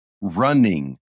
running